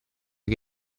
che